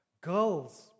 Girls